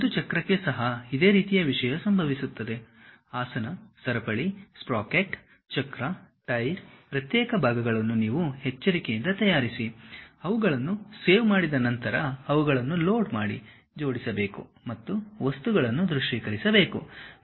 ಒಂದು ಚಕ್ರಕ್ಕೆ ಸಹ ಇದೇ ರೀತಿಯ ವಿಷಯ ಸಂಭವಿಸುತ್ತದೆ ಆಸನ ಸರಪಳಿ ಸ್ಪ್ರಾಕೆಟ್ ಚಕ್ರ ಟೈರ್ ಪ್ರತ್ಯೇಕ ಭಾಗಗಳನ್ನು ನೀವು ಎಚ್ಚರಿಕೆಯಿಂದ ತಯಾರಿಸಿ ಅವುಗಳನ್ನು ಸೇವ್ ಮಾಡಿದ ನಂತರ ಅವುಗಳನ್ನು ಲೋಡ್ ಮಾಡಿ ಜೋಡಿಸಬೇಕು ಮತ್ತು ವಸ್ತುಗಳನ್ನು ದೃಶ್ಯೀಕರಿಸಬೇಕು